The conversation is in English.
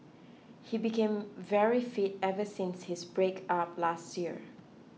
he became very fit ever since his breakup last year